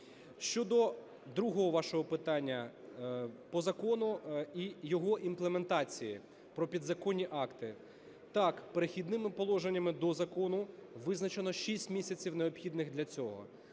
Щодо другого вашого питання по закону і його імплементації, про підзаконні акти. Так, "Перехідними положеннями" до закону визначено шість місяців, необхідних для цього.